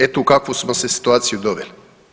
Eto u kakvu smo se u situaciju doveli.